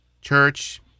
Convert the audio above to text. church